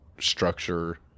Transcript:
structure